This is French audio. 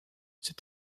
cet